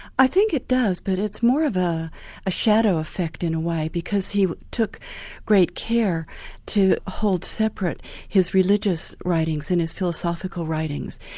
i think it does, but it's more of ah a shadow effect in a way, because he took great care to hold separate his religious writings and his philosophical writings,